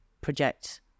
project